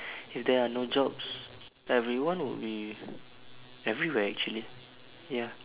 if there are no jobs everyone would be everywhere actually ya